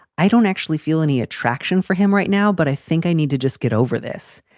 i don't actually feel any attraction for him right now, but i think i need to just get over this,